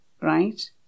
Right